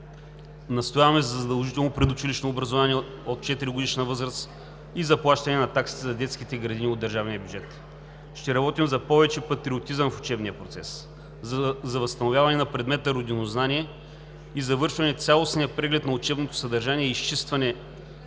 Настояваме за задължително предучилищно образование от 4-годишна възраст и заплащане таксата за детските градини от държавния бюджет. Ще работим за повече патриотизъм в учебния процес, за възстановяване на предмета „Родинознание“ и завършване на цялостния преглед на учебното съдържание и изчистването